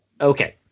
Okay